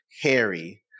Harry